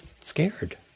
scared